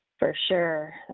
for sure